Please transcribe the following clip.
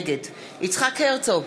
נגד יצחק הרצוג,